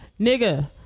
nigga